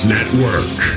Network